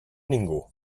ningú